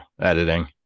editing